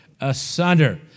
asunder